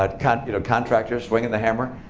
ah kind of you know, contractors swinging the hammer.